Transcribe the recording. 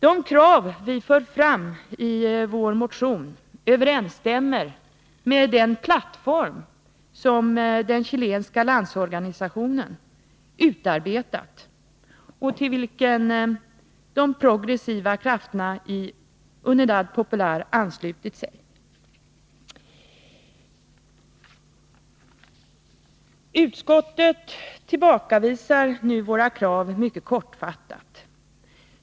De krav som vi har fört fram i vår motion överensstämmer med den plattform som den chilenska landsorganisationen utarbetat och till vilken de progressiva krafterna i Unidad Popular har anslutit sig. Utskottet tillbakavisar nu våra krav mycket kortfattat.